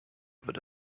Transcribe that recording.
würde